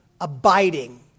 abiding